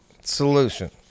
Solution